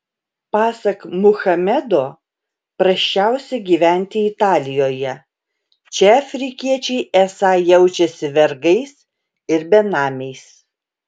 pasak muhamedo prasčiausia gyventi italijoje čia afrikiečiai esą jaučiasi vergais ir benamiais